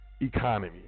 economy